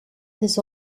his